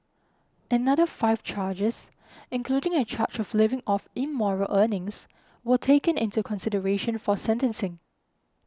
another five charges including a charge of living off immoral earnings were taken into consideration for sentencing